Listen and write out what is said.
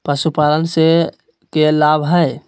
पशुपालन से के लाभ हय?